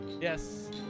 Yes